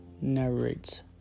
narrates